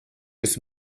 ist